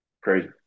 Crazy